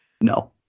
no